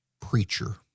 preacher